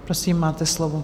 Prosím, máte slovo.